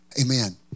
amen